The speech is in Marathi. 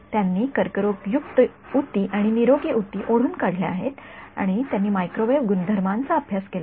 त्यांनी कर्करोगयुक्त ऊती आणि निरोगी ऊती ओढून काढल्या आहेत आणि त्यांनी मायक्रोवेव्ह गुणधर्मांचा अभ्यास केला आहे